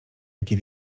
jakie